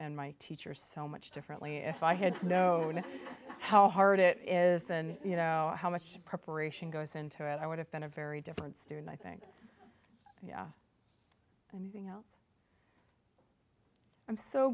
and my teachers so much differently if i had known how hard it is and you know how much preparation goes into i would have been a very different student i think anything else i'm so